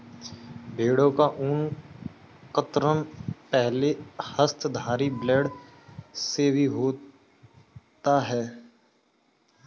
भेड़ों का ऊन कतरन पहले हस्तधारी ब्लेड से भी होता है